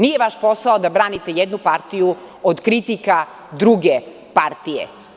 Nije vaš posao da branite jednu partiju od kritika druge partije.